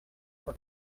for